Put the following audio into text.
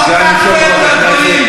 פעם אני לקחתי אני בקואליציה.